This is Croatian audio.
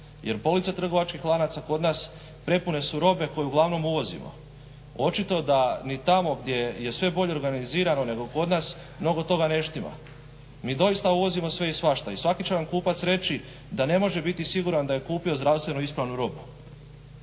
Jer police trgovačkih lanaca kod nas prepune su robe koju uglavnom uvozimo. Očito da ni tamo gdje je sve bolje organizirano nego kod nas mnogo toga ne štima. Mi doista uvozimo sve i svašta i svaki će vam kupac reći da ne možete biti siguran da je kupio zdravstveno ispravnu robu.